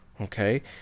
okay